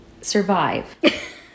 Survive